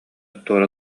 туора